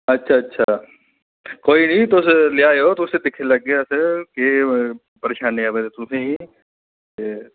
अच्छा अच्छा कोई निं तुस लेई आएओ उसी दिक्खी लैह्गे अस केह् परेशानी आवै दी तुसें गी ते